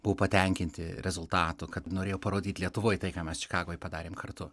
buvo patenkinti rezultatu kad norėjo parodyt lietuvoj tai ką mes čikagoj padarėm kartu